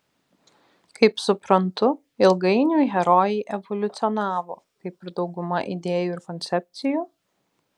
kaip suprantu ilgainiui herojai evoliucionavo kaip ir dauguma idėjų ir koncepcijų